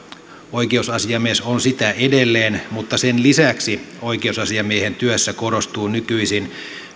oikeusasiamies on sitä edelleen mutta sen lisäksi oikeusasiamiehen työssä korostuvat nykyisin